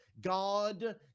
God